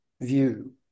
view